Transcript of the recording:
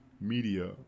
media